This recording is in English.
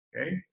okay